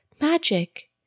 magic